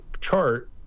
chart